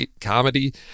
comedy